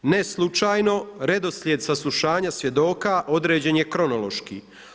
Ne slučajno, redoslijede sa saslušanja svjedoka, određen je kronološki.